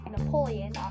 Napoleon